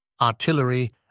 artillery